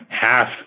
half